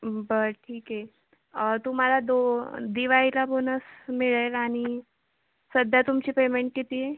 बरं ठीक आहे तुम्हाला दो दिवाळीला बोनस मिळेल आणि सध्या तुमची पेमेंट किती आहे